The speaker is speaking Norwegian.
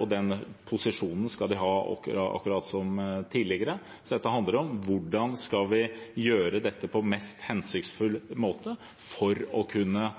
og den posisjonen skal de ha akkurat som tidligere. Så dette handler om hvordan vi skal gjøre dette på den mest hensiktsmessige måten for å kunne